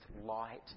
light